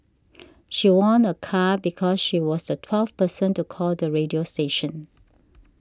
she won a car because she was a twelfth person to call the radio station